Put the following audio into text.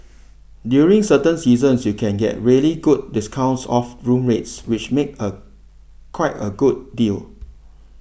during certain seasons you can get really good discounts off room rates which make a quite a good deal